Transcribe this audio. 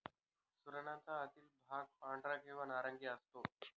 सुरणाचा आतील भाग पांढरा किंवा नारंगी असतो